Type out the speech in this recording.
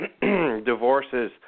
divorces